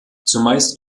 zumeist